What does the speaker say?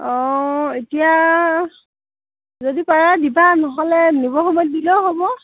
অঁ এতিয়া যদি পাৰে দিবা নহ'লে নিবৰ সময়ত দিলেও হ'ব